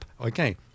Okay